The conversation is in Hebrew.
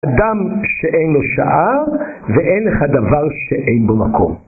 אדם שאין לו שעה ואין לך דבר שאין בו מקום